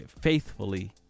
faithfully